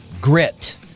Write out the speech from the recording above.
grit